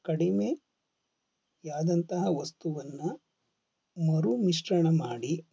ಕಡಿಮೆಯಾದಂತಹ ವಸ್ತುವನ್ನು ಮರು ಮಿಶ್ರಣ ಮಾಡಿ